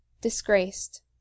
Disgraced